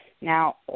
Now